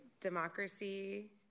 democracy